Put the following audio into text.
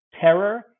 Terror